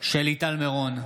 שלי טל מירון,